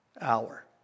hour